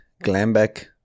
Glambeck